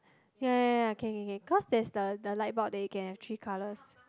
ya ya ya can can can cause there's the the light bulb that you can have three colours